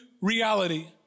reality